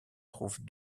trouvent